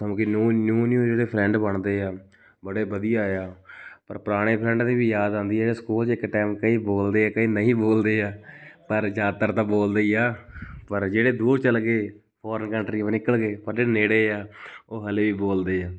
ਸਮ ਕਿ new new ਜਿਹੜੇ friend ਬਣਦੇ ਆ ਬੜੇ ਵਧੀਆ ਆ ਪਰ ਪੁਰਾਣੇ ਫ੍ਰੈਂਡਾਂ ਦੀ ਵੀ ਯਾਦ ਆਉਂਦੀ ਹੈ ਜਿਹੜੇ ਸਕੂਲ 'ਚ ਇੱਕ ਟਾਈਮ ਕਈ ਬੋਲਦੇ ਕਈ ਨਹੀਂ ਬੋਲਦੇ ਹੈ ਪਰ ਜ਼ਿਆਦਾਤਰ ਤਾਂ ਬੋਲਦੇ ਹੀ ਆ ਪਰ ਜਿਹੜੇ ਦੂਰ ਚਲੇ ਗਏ ਫੌਰਨ ਕੰਨਟਰੀ ਮ ਨਿਕਲ ਗਏ ਪਰ ਜਿਹੜੇ ਨੇੜੇ ਆ ਉਹ ਹਲੇ ਵੀ ਬੋਲਦੇ ਆ